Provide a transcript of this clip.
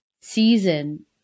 season